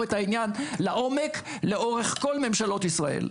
את העניין לעומק לאורך כל ממשלות ישראל.